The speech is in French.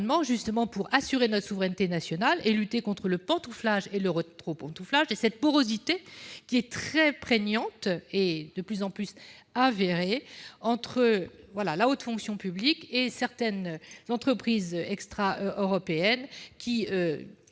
visant à assurer notre souveraineté nationale et lutter contre le pantouflage et le rétropantouflage. La porosité, très prégnante, est effectivement de plus en plus avérée entre la haute fonction publique et certaines entreprises extra-européennes, qui